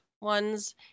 ones